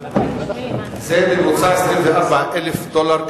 זה בממוצע 24,000 דולר,